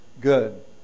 Good